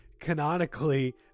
canonically